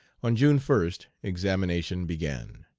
on june first examination began.